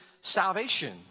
salvation